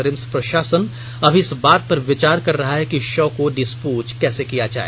RIMS प्रशासन अभी इस बात पर विचार कर रहा है कि शव को डिस्पोज कैसे किया जाए